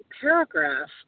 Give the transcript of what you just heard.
paragraph